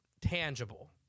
tangible